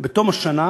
בתום השנה